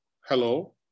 hello